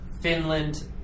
Finland